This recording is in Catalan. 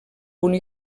punt